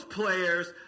players